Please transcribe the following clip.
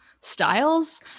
styles